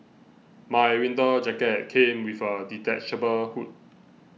my winter jacket came with a detachable hood